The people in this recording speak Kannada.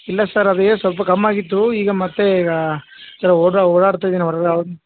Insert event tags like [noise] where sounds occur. ಇಲ್ಲ ಸರ್ ಅದೇ ಸ್ವಲ್ಪ ಕಮ್ಮಿ ಆಗಿತ್ತು ಈಗ ಮತ್ತೆ ಈಗ ಎಲ್ಲ ಓಡಾ ಓಡಾಡ್ತ ಇದ್ದೀನಲ್ಲ [unintelligible]